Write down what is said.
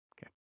Okay